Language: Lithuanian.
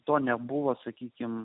to nebuvo sakykime